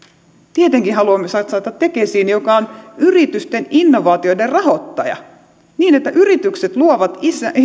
tietenkin haluamme satsata tekesiin joka on yritysten innovaatioiden rahoittaja niin että yritykset luovat